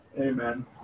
Amen